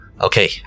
Okay